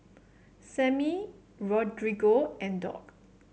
Sammy Rodrigo and Dock